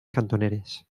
cantoneres